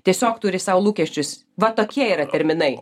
tiesiog turi sau lūkesčius va tokie yra terminai